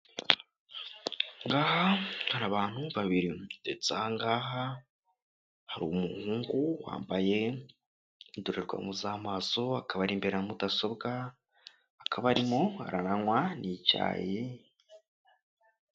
Aha ngaha hari abantu babiri ndetse aha ngaha hari umuhungu wambaye indorerwamo z'amaso, akaba ari imbere ya mudasobwa, akaba arimo aranywa n'icyayi.